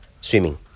swimming